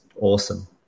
awesome